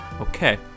Okay